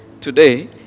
Today